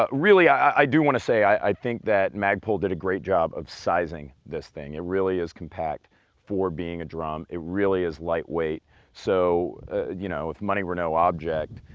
ah really, i do wanna say i think that magpul did a great job of sizing this thing, it really is compact for being a drum. it really is lightweight so you know if money were no object,